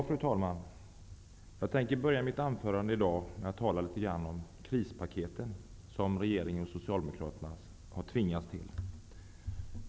Fru talman! Jag tänker börja mitt anförande i dag med att tala litet om de krispaket som regeringen och Socialdemokraterna tvingats till.